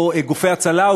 או גופי הצלה,